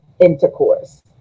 intercourse